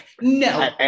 No